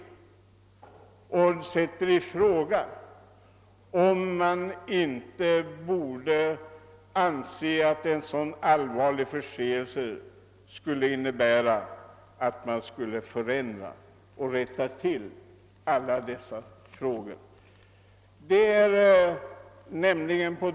Den sätter i fråga om en sådan allvarlig förseelse inte borde innebära att man förändrar och rättar till dessa saker.